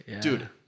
Dude